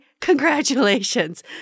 congratulations